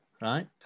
right